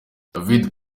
david